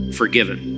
forgiven